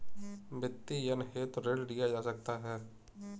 वित्तीयन हेतु ऋण लिया जा सकता है